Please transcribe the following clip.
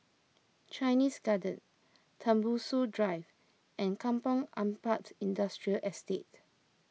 Chinese Garden Tembusu Drive and Kampong Ampat Industrial Estate